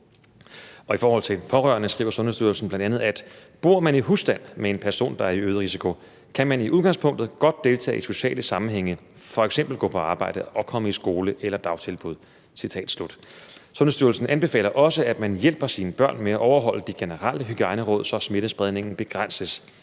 I forhold til de pårørende skriver Sundhedsstyrelsen bl.a., at: »Bor man i husstand med en person, der er i øget risiko, kan man i udgangspunktet godt deltage i sociale sammenhænge, fx gå på arbejde og komme i skole eller dagtilbud.« Sundhedsstyrelsen anbefaler også: »... at man hjælper sine børn med at overholde de generelle hygiejneråd, så smittespredningen begrænses«.